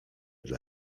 dla